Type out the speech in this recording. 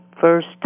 first